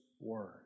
word